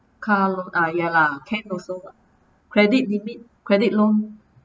car loan ah ya lah can also credit limit credit loan